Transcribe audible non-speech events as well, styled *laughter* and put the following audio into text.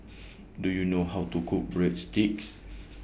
*noise* Do YOU know How to Cook Breadsticks *noise*